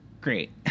great